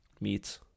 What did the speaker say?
meats